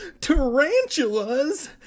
tarantulas